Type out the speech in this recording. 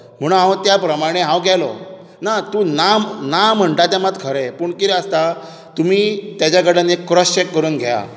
म्हुणू हांव त्या प्रमाणे हांव गेलों ना तूं ना ना म्हण्टा तें मात खरें पूण कितें आसता तुमी ताज्या कडेन एक क्रॉसचॅक करून घेयात